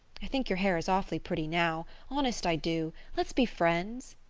i think your hair is awfully pretty now honest i do. let's be friends.